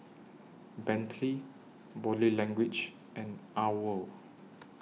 Bentley Body Language and OWL